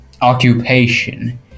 occupation